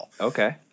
okay